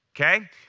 okay